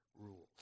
rules